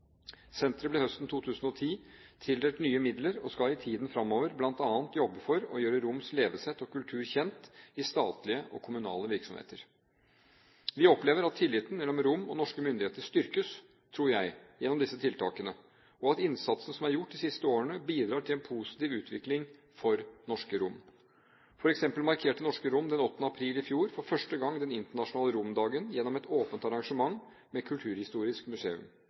Senteret ble høsten 2010 tildelt nye midler, og skal i tiden framover bl.a. jobbe for å gjøre romenes levesett og kultur kjent i statlige og kommunale virksomheter. Vi opplever at tilliten mellom romene og norske myndigheter styrkes, tror jeg, gjennom disse tiltakene, og at innsatsen som er gjort de siste årene, bidrar til en positiv utvikling for norske romer. For eksempel markerte norske romer den 8. april i fjor for første gang den internasjonale romdagen gjennom et åpent arrangement ved Kulturhistorisk museum.